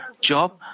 Job